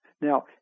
Now